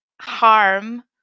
harm